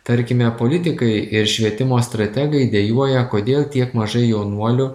tarkime politikai ir švietimo strategai dejuoja kodėl tiek mažai jaunuolių